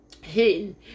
hidden